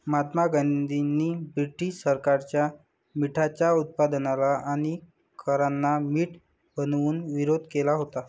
महात्मा गांधींनी ब्रिटीश सरकारच्या मिठाच्या उत्पादनाला आणि करांना मीठ बनवून विरोध केला होता